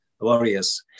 warriors